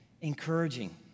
encouraging